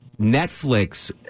Netflix